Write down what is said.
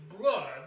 blood